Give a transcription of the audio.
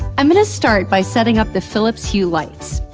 i'm gonna start by setting up the philips hue lights.